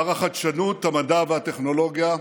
שר החדשנות, המדע והטכנולוגיה,